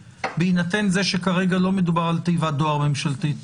בהינתן זה שכרגע לא מדובר על תיבת דואר ממשלתית